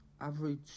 average